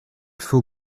faut